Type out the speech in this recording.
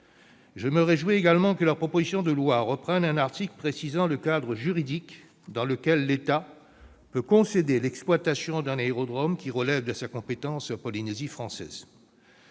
Je me réjouis également que la proposition de loi reprenne un article précisant le cadre juridique dans lequel l'État peut concéder l'exploitation d'un aérodrome qui relève de sa compétence en Polynésie française.